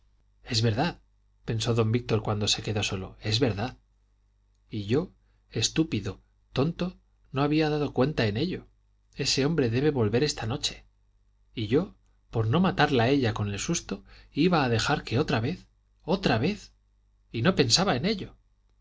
es verdad pensó don víctor cuando se quedó solo es verdad y yo estúpido tonto no había dado en ello ese hombre debe volver esta noche y yo por no matarla a ella con el susto iba a dejar que otra vez otra vez y no pensaba en ello